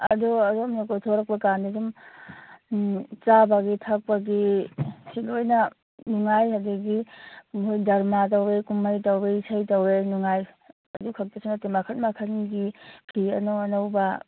ꯑꯗꯣ ꯑꯗꯣꯝꯅ ꯀꯣꯏꯊꯣꯔꯛꯄꯀꯥꯟꯗ ꯑꯗꯨꯝ ꯆꯥꯕꯒꯤ ꯊꯛꯄꯒꯤ ꯁꯤ ꯂꯣꯏꯅ ꯅꯨꯡꯉꯥꯏ ꯑꯗꯩꯗꯤ ꯃꯣꯏ ꯗ꯭ꯔꯃꯥ ꯇꯧꯏ ꯀꯨꯝꯍꯩ ꯇꯧꯏ ꯏꯁꯩ ꯇꯧꯏ ꯅꯨꯡꯉꯥꯏ ꯑꯗꯨ ꯈꯛꯇꯁꯨ ꯅꯠꯇꯦ ꯃꯈꯜ ꯃꯈꯜꯒꯤ ꯐꯤ ꯑꯅꯧ ꯑꯅꯧꯕ